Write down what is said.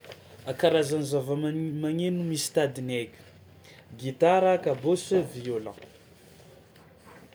A karazany zavaman- magneno misy tadiny haiko: gitara, kabôsy, violon.